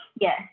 Yes